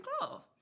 cloth